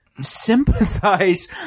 sympathize